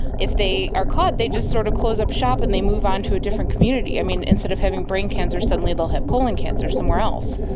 if they are caught, they just sort of close up shop and they move on to a different community. i mean, instead of having brain cancer suddenly they will have colon cancer somewhere else.